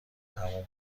تموم